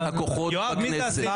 יחסי הכוחות בכנסת.